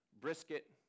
brisket